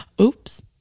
Oops